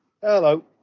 Hello